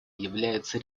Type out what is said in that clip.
является